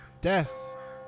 death